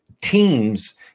Teams